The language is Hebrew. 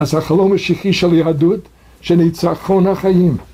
אז החלום משיחי של יהדות של ניצחון החיים